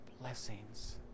blessings